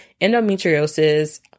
endometriosis